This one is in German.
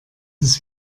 das